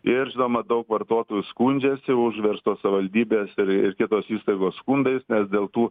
ir žinoma daug vartotojų skundžiasi užverstos savivaldybės ir ir kitos įstaigos skundais nes dėl tų